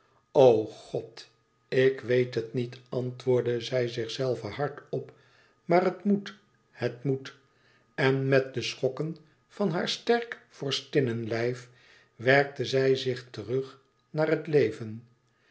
god ik weet het niet antwoordde zij zichzelve hardop maar het moet het moet en met de schokken van haar sterk vorstinnelijf werkte zij zich terug naar het leven